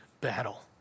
battle